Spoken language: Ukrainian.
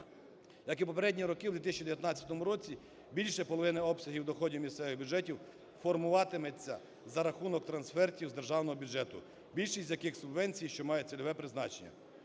Як і в попередні роки, в 2019 році більше половини обсягів доходів місцевих бюджетів формуватиметься за рахунок трансфертів з Державного бюджету, більшість з яких – субвенції, що мають цільове призначення.